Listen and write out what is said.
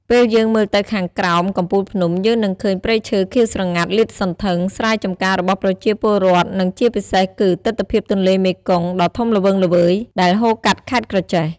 ពេលយើងមើលទៅខាងក្រោមកំពូលភ្នំ យើងនឹងឃើញព្រៃឈើខៀវស្រងាត់លាតសន្ធឹង ស្រែចំការរបស់ប្រជាពលរដ្ឋ និងជាពិសេសគឺ ទិដ្ឋភាពទន្លេមេគង្គដ៏ធំល្វឹងល្វើយ ដែលហូរកាត់ខេត្តក្រចេះ ។